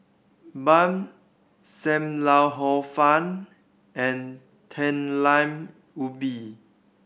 Bun Sam Lau Hor Fun and Talam Ubi